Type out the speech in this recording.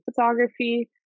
photography